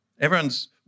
Everyone's